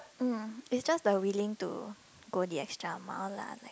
mm it's just like willing to go the extra mile lah like